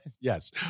Yes